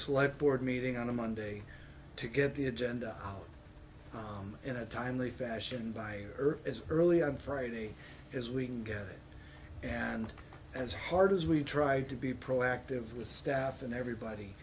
slight board meeting on a monday to get the agenda in a timely fashion by earth as early on friday as we can get it and as hard as we tried to be proactive with staff and everybody